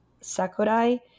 Sakurai